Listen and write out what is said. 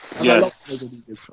yes